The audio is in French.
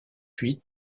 huit